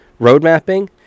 Roadmapping